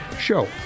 show